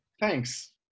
Thanks